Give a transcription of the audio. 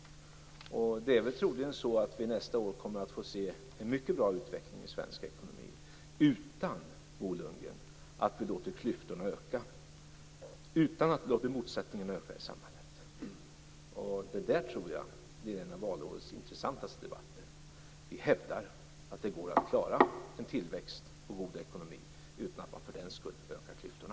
Det är troligen så att vi nästa år kommer att få en mycket bra utveckling i svensk ekonomi utan att vi, Bo Lundgren, låter klyftorna öka, utan att vi låter motsättningarna öka i samhället. Det här tror jag blir en av valårets intressantaste debatter. Vi hävdar att det går att klara en tillväxt och god ekonomi utan att för den skull öka klyftorna.